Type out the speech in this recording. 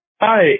Hi